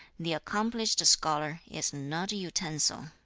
the accomplished scholar is not a utensil